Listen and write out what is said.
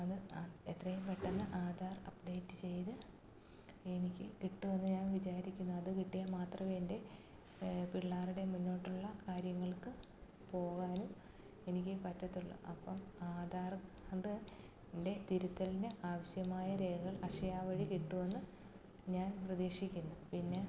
അത് എത്രയും പെട്ടെന്ന് ആധാർ അപ്ഡേറ്റ് ചെയ്ത് എനിക്ക് കിട്ടുമെന്ന് ഞാൻ വിചാരിക്കുന്നു അത് കിട്ടിയാൽ മാത്രമേ എൻ്റെ പിള്ളേരുടേയും മുന്നോട്ടുള്ള കാര്യങ്ങൾക്ക് പോവാനും എനിക്ക് പറ്റത്തുള്ളൂ അപ്പം ആധാർ കൊണ്ട് എൻ്റെ തിരുത്തലിൻ്റെ ആവിശ്യമായ രേഖകകൾ അക്ഷയ വഴി കിട്ടുമെന്ന് ഞാൻ പ്രതീക്ഷിക്കുന്നു പിന്നെ